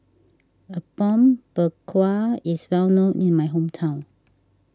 Apom Berkuah is well known in my hometown